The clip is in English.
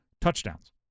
touchdowns